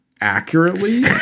accurately